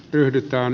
ryhdytään